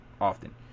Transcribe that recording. often